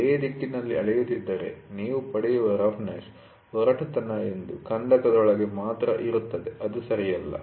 ನೀವು ಲೇ ದಿಕ್ಕಿನಲ್ಲಿ ಅಳೆಯುತ್ತಿದ್ದರೆ ನೀವು ಪಡೆಯುವ ರಫ್ನೆಸ್ಒರಟುತನ ಒಂದು ಕಂದಕದೊಳಗೆ ಮಾತ್ರ ಇರುತ್ತದೆ ಅದು ಸರಿಯಲ್ಲ